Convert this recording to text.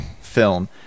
film